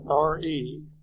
re